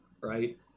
right